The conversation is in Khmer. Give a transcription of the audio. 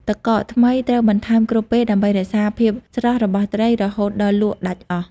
ទឹកកក ថ្មីត្រូវបន្ថែមគ្រប់ពេលដើម្បីរក្សាភាពស្រស់របស់ត្រីរហូតដល់លក់ដាច់អស់។